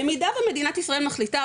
במידה ומדינת ישראל מחליטה,